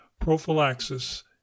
prophylaxis